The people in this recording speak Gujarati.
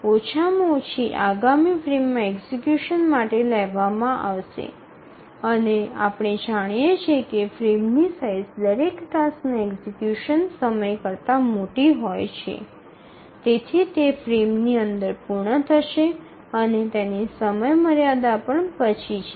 ઓછામાં ઓછી આગામી ફ્રેમમાં એક્ઝિકયુશન માટે લેવામાં આવશે અને આપણે જાણીએ છીએ કે ફ્રેમની સાઇઝ દરેક ટાસ્કના એક્ઝિકયુશન સમય કરતા મોટી હોય છે તેથી તે ફ્રેમની અંદર પૂર્ણ થશે અને તેની સમયમર્યાદા પણ પછી છે